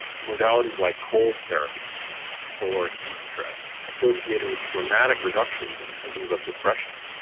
modalities like cold therapy or heat stress, associated with dramatic reductions in symptoms of depression.